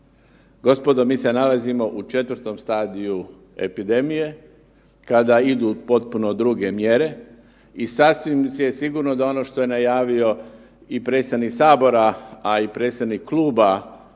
Gospodo, mi se nalazimo u 4. stadiju epidemije kada idu potpuno druge mjere i sasvim je sigurno da ono što je najavio i predsjednik Sabora, a i predsjednik Kluba